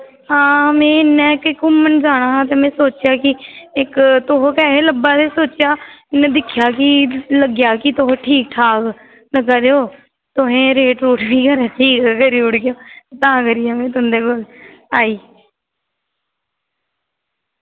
आं में घुम्मन जाना हा ते में सोचेआ की ते इक्क तुस गै हे लब्भा दे ते सोचेआ में दिक्खेआ की लग्गेआ कि तुस ठीक ठाक लग्गा दे ओ तुसें रेट भी करी ओड़गे आ तां करियै में तुंदे कोल आई